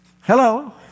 Hello